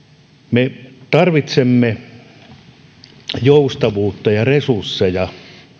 me tarvitsemme joustavuutta ja resursseja